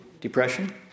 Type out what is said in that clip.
depression